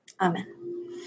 Amen